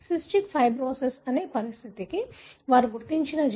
cystic fibrosis అనే పరిస్థితికి వారు గుర్తించిన జన్యువు 1989 లో కనుగొనబడింది